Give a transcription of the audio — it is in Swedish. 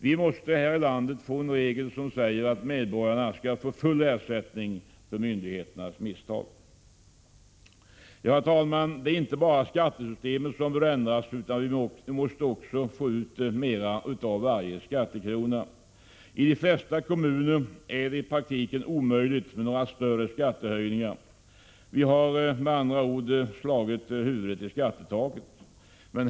Vi måste här i landet få en regel som säger att medborgarna skall få full ersättning vid myndigheters misstag. Herr talman! Det är inte bara skattesystemet som bör ändras, utan vi måste också få ut mer av varje skattekrona. I de flesta kommuner är det i praktiken omöjligt att genomföra några större skattehöjningar. Vi har med andra ord slagit huvudet i skattetaket.